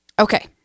Okay